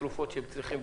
והתרופות שהם צריכים,